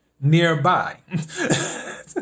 nearby